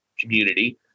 community